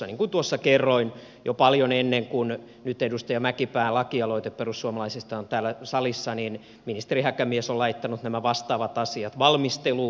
niin kuin tuossa kerroin jo paljon ennen kuin edustaja mäkipään lakialoite perussuomalaisista on täällä salissa ministeri häkämies on laittanut nämä vastaavat asiat valmisteluun